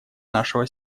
нашего